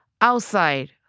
Outside